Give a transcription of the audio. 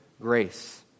Grace